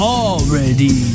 already